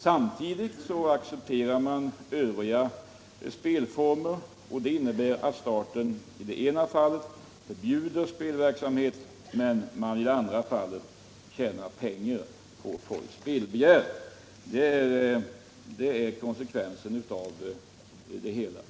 Samtidigt accepterar man övriga spelformer, och det innebär att staten i det ena fallet förbjuder spelverksamhet men i det andra fallet tjänar pengar på folks spelbegär.